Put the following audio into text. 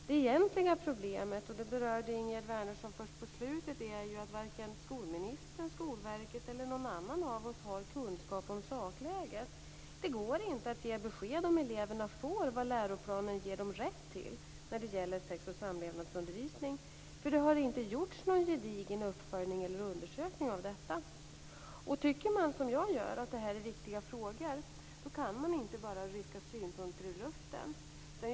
Det egentliga problemet, som Ingegerd Wärnersson berörde först på slutet, är ju att varken skolministern, Skolverket eller någon annan av oss har kunskap om sakläget. Det går inte att ge besked om ifall eleverna får vad läroplanen ger dem rätt till när det gäller sex och samlevnadsundervisning. Det har inte gjorts någon gedigen uppföljning eller undersökning av detta. Tycker man, som jag gör, att det här är viktiga frågor, kan man inte bara rycka synpunkter ur luften.